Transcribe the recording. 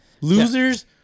Losers